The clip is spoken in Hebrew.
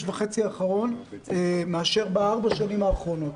וחצי האחרון מאשר בארבע השנים האחרונות.